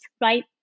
right